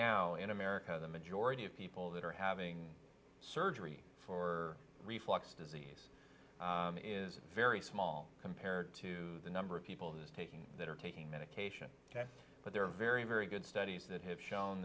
now in america the majority of people that are having surgery for reflux disease it is very small compared to the number of people it is taking that are taking medication but there are very very good studies that have shown